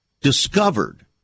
discovered